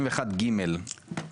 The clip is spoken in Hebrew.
סעיף 71(ג).